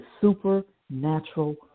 supernatural